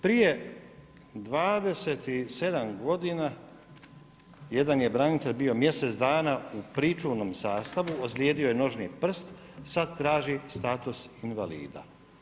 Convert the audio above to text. Prije 27 godina jedan je branitelj bio mjesec dana u pričuvnom sastavu, ozlijedio je nožni prst, sad traži status invalida.